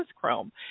Chrome